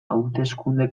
hauteskunde